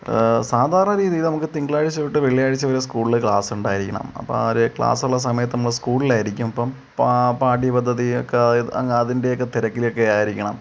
സാധാരണ രീതീയിൽ നമുക്ക് തിങ്കളാഴ്ച തൊട്ട് വെള്ളിയാഴ്ച വരെ സ്കൂൾല് ക്ലാസൊണ്ടായിരിക്കണം അപ്പം ഒരു ക്ലാസൊള്ള സമയത്ത് നമ്മൾ സ്കൂൾളായിരിക്കും അപ്പം പാ പാഠ്യപദ്ധതി ഒക്കെ അതിൻ്റെക്കെ തിരക്കിലക്കെ ആയിരിക്കണം